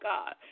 God